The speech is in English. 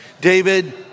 David